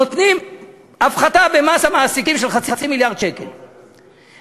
נותנים הפחתה של חצי מיליארד שקל במס המעסיקים.